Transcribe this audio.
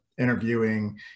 interviewing